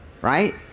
right